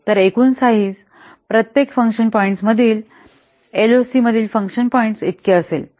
तर एकूण साईझ प्रत्येक फंक्शन पॉईंट्स मधील एलओसीमधील फंक्शन पॉईंट्स इतके असेल